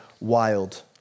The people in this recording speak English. wild